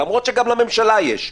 למרות שגם לממשלה יש,